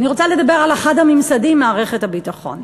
אני רוצה לדבר על אחד הממסדים, מערכת הביטחון.